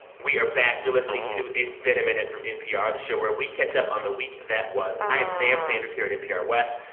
we are back. you're listening to it's been a minute from npr, the show where we catch up on the week that was. i am sam sanders here at npr west,